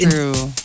True